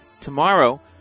tomorrow